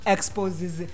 Exposes